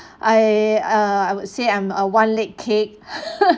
I uh I would say I'm a one leg kick